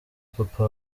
papa